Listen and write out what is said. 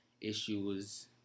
issues